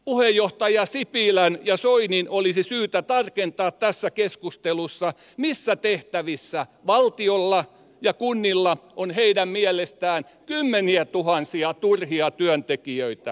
puheenjohtajien sipilän ja soinin olisi syytä tarkentaa tässä keskustelussa missä tehtävissä valtiolla ja kunnilla on heidän mielestään kymmeniätuhansia turhia työntekijöitä